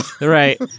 Right